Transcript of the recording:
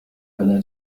فلا